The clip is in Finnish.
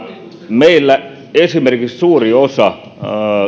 meillä esimerkiksi suuri osa